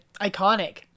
Iconic